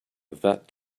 that